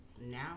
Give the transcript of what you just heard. now